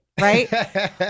right